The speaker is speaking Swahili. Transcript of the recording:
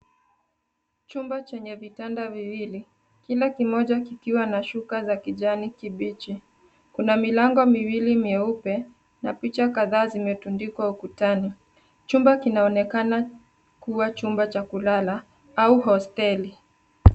Chumba chenye vitanda viwili. Kila kimoja kikiwa na shuka za kijani kibichi. Kuna milango miwili mieupe na picha kadhaa zimetundikwa ukutani. Chumba kinaonekana kuwa chumba cha kulala au hosteli.